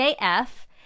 AF